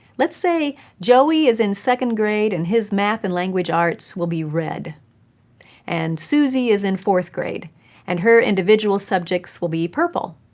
let's say, joey is in second grade and his math and language arts will be red and suzy is in fourth grade and her individual subjects will be purple.